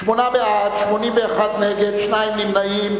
שמונה בעד, 81 נגד, שניים נמנעים.